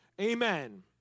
Amen